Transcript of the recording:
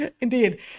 Indeed